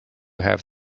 have